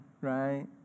right